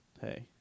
hey